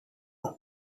who